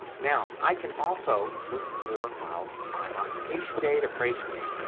now i can also look for files by modification date or creation date.